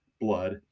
blood